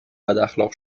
بداخلاق